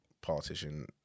politician